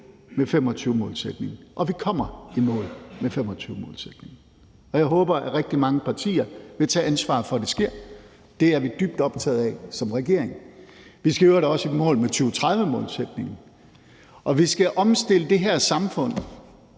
med 2025-målsætningen, og vi kommer i mål med 2025-målsætningen. Jeg håber, at rigtig mange partier vil tage ansvar for, at det sker. Det er vi dybt optaget af som regering. Vi skal i øvrigt også i mål med en 2030-målsætningen, og vi skal omstille det her samfund